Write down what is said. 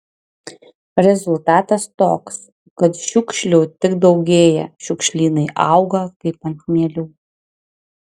rezultatas toks kad šiukšlių tik daugėja šiukšlynai auga kaip ant mielių